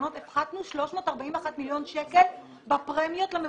האחרונות הפחתנו 341 מיליון שקלים בפרמיות למבוטחים.